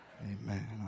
Amen